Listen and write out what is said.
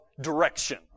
direction